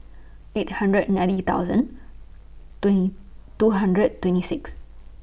eight hundred ninety thousand twenty two hundred twenty six